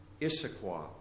Issaquah